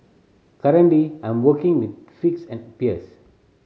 currently I'm working with figs and pears